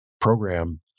program